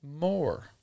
More